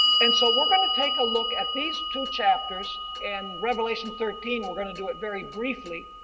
and so we're going to take a look at these two chapters, and revelation thirteen we're going to do it very briefly,